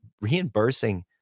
reimbursing